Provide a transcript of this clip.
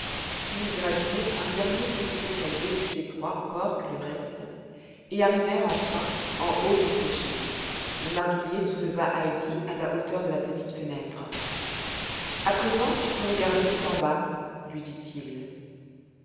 puis ils gravirent un dernier petit escalier plus étroit encore que le reste et arrivèrent enfin en haut du clocher le marguillier souleva heidi à la hauteur de la petite fenêtre a présent tu peux regarder tout en bas lui dit-il